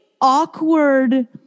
awkward